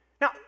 Now